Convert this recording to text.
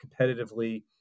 competitively